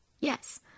Yes